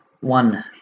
one